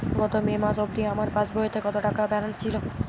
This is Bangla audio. গত মে মাস অবধি আমার পাসবইতে কত টাকা ব্যালেন্স ছিল?